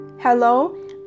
Hello